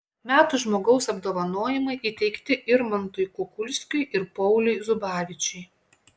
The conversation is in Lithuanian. metų žmogaus apdovanojimai įteikti irmantui kukulskiui ir pauliui zubavičiui